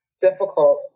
Difficult